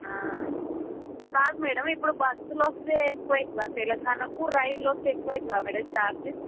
కాదు మ్యాడమ్ ఇప్పుడు బస్సులో వస్తే ఎక్కువ అవుతుందా తెలంగాణకు రైళ్ళో వస్తే ఎక్కువ అవుతుందా మ్యాడమ్ చార్జ్